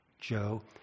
Joe